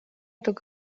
took